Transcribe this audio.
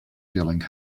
feeling